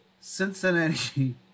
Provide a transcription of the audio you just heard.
Cincinnati